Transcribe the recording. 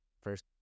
First